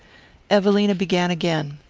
evelina began again.